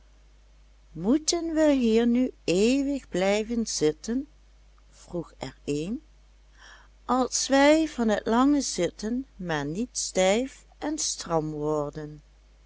moeten we hier nu eeuwig blijven zitten vroeg er een als wij van het lange zitten maar niet stijf en stram worden